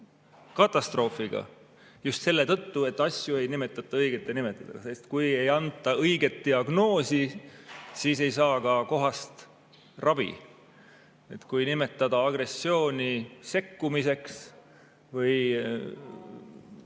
katastroofiga, just selle tõttu, et asju ei nimetata õigete nimedega. Sest kui ei anta õiget diagnoosi, siis ei saa ka kohast ravi. Kui nimetada agressiooni sekkumiseks või